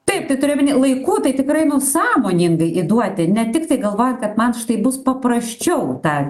taip tai turiu omeny laiku tai tikrai sąmoningai įduoti ne tiktai galvojant kad man štai bus paprasčiau tą